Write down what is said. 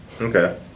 Okay